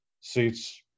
seats